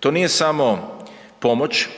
To nije samo pomoć,